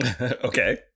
okay